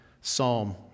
psalm